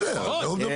בסדר, על זה הוא מדבר.